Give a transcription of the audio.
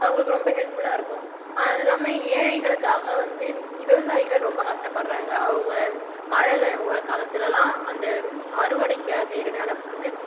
அவங்களுக்கு ரொம்ப ஹெல்ஃப்ஃபுல்லாக இருக்கும் அது இல்லாமல் ஏழைகளுக்காக வந்து விவசாயிகள் ரொம்ப கஷ்டப்படுறாங்கஅவங்க மழை காலத்தில்லாம் அந்த அறுவடைக்கு செய்ற நிலம் வந்து